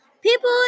People